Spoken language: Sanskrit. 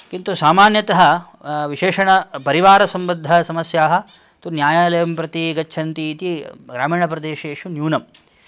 किन्तु सामन्यतः विशेषेण परिवारसम्बधसमस्याः तु न्यायालयं प्रति गच्छन्ति इति ग्रामीणप्रदेशेषु न्यूनम्